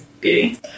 Beauty